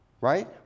Right